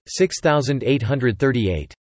6,838